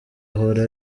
ahora